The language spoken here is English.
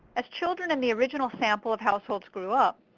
as children in the original sample of households grew up,